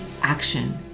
action